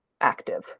active